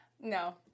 No